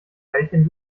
teilchen